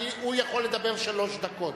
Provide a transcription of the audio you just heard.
הוא יכול לדבר שלוש דקות,